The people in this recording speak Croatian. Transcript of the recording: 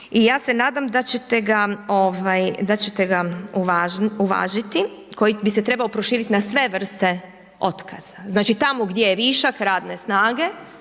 i ja se nadam da ćete ga uvažiti koji bi se trebao proširiti na sve vrste otkaza. Znači tamo gdje je višak radne snage